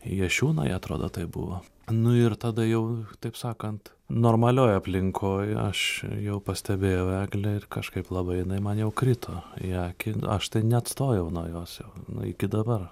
jašiūnai atrodo tai buvo nu ir tada jau taip sakant normalioj aplinkoj aš jau pastebėjau eglę ir kažkaip labai jinai man jau krito į akį aš neatstojau nuo jos jau nu iki dabar